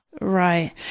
Right